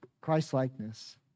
Christ-likeness